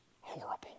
horrible